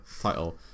title